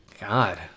god